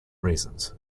reasons